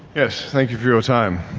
yes, thank you for your time.